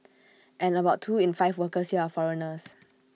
and about two in five workers here are foreigners